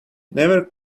never